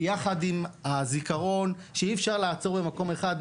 ויחד עם הזיכרון שאי אפשר לעצור במקום אחד,